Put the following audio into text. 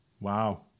Wow